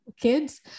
kids